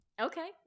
okay